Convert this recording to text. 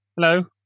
Hello